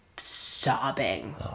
sobbing